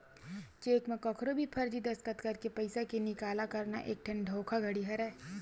cheque म कखरो भी फरजी दस्कत करके पइसा के निकाला करना एकठन धोखाघड़ी हरय